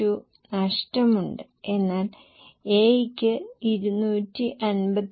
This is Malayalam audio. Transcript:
82 നഷ്ടമുണ്ട് എന്നാൽ A യ്ക്ക് 253